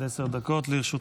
בבקשה, עד עשר דקות לרשותך.